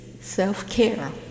self-care